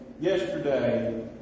yesterday